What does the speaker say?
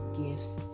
gifts